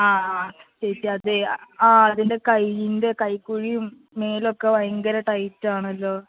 ആ ആ ചേച്ചി അതെ ആ അതിൻ്റെ കയ്യിൻ്റെ കൈക്കുഴിയും മേലുമൊക്കെ ഭയങ്കര ടൈറ്റ് ആണല്ലോ